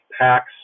packs